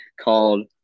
called